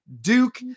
Duke